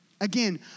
Again